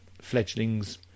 fledglings